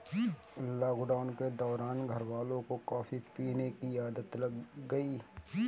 lockdown के दौरान घरवालों को कॉफी पीने की आदत लग गई